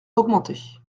augmenter